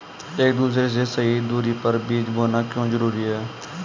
एक दूसरे से सही दूरी पर बीज बोना क्यों जरूरी है?